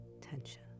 tension